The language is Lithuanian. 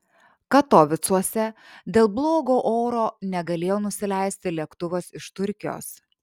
katovicuose dėl blogo oro negalėjo nusileisti lėktuvas iš turkijos